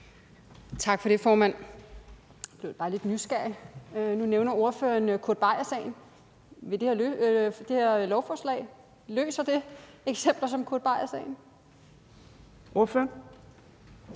Tak for det, formand. Jeg blev bare lidt nysgerrig. Nu nævner ordføreren Kurt Beier-sagen. Løser det her lovforslag eksempler som Kurt Beier-sagen? Kl.